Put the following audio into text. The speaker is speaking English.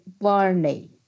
Barney